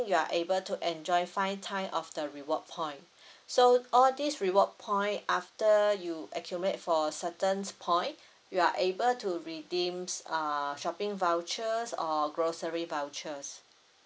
you are able to enjoy five time of the reward point so all this reward point after you accumulate for a certain point you are able to redeems uh shopping vouchers or grocery vouchers